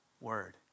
word